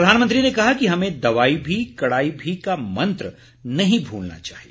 प्रधानमंत्री ने कहा कि हमें दवाई भी कड़ाई भी का मंत्र नहीं भूलना चाहिए